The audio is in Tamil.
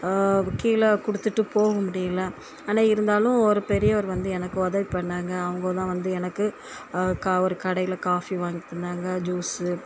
கீழே கொடுத்துட்டு போக முடியல ஆனால் இருந்தாலும் ஒரு பெரியவர் வந்து எனக்கு உதவி பண்ணிணாங்க அவங்க தான் வந்து எனக்கு ஒரு கடையில் காஃபி வாங்கி தந்தாங்க ஜூஸு